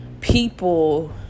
people